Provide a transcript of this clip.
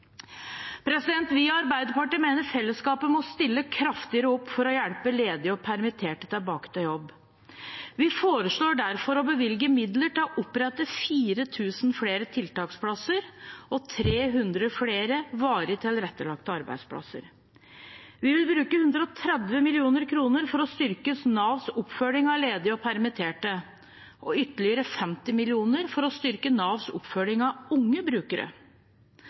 Vi i Arbeiderpartiet mener fellesskapet må stille kraftigere opp for å hjelpe ledige og permitterte tilbake til jobb. Vi foreslår derfor å bevilge midler til å opprette 4 000 flere tiltaksplasser og 300 flere varig tilrettelagte arbeidsplasser. Vi vil bruke 130 mill. kr for å styrke Navs oppfølging av ledige og permitterte, og ytterligere 50 mill. kr for å styrke Navs oppfølging av unge brukere.